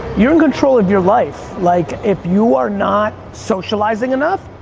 you're in control of your life, like, if you are not socializing enough,